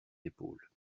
épaules